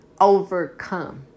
overcome